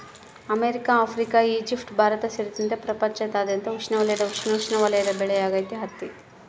America Africa Egypt Bharat ಸೇರಿದಂತೆ ಪ್ರಪಂಚದಾದ್ಯಂತ ಉಷ್ಣವಲಯದ ಉಪೋಷ್ಣವಲಯದ ಬೆಳೆಯಾಗೈತಿ ಹತ್ತಿ